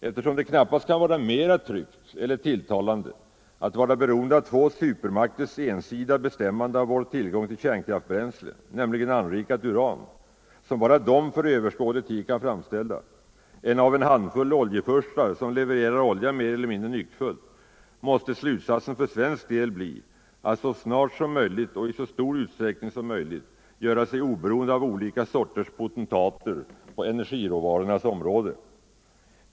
Eftersom det knappast kan vara mer tryggt eller tilltalande att vara beroende av två supermakters ensidiga bestämmande av vår tillgång till kärnkraftsbränsle, nämligen anrikat uran, som bara de för överskådlig tid kan framställa, än av en handfull oljefurstar som levererar olja mer eller mindre nyckfullt, måste slutsatsen för svensk del bli att så snart som möjligt och i så stor utsträckning som möjligt göra sig oberoende av olika sorters potentater på energiråvarornas område.